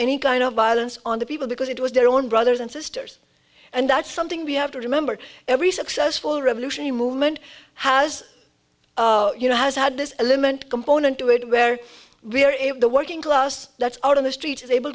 any kind of violence on the people because it was their own brothers and sisters and that's something we have to remember every successful revolution movement has you know has had this element component to it where we are if the working class that's out on the street is able